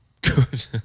good